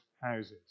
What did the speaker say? houses